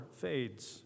fades